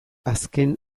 azken